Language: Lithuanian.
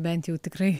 bent jau tikrai